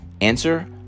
Answer